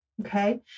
Okay